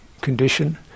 condition